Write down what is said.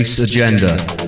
Agenda